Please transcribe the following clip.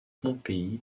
pompéi